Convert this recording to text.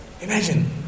Imagine